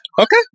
Okay